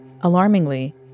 Alarmingly